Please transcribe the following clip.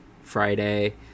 Friday